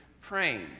praying